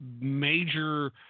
major